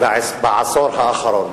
בעשור האחרון.